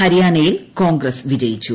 ഹരിയാനയിൽ കോൺഗ്രസ് വിജയിച്ചു